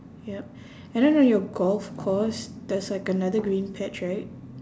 yup and then on your golf course there's like another green patch right